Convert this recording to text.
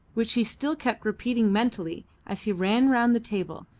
which he still kept repeating mentally as he ran round the table,